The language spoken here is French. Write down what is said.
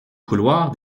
couloir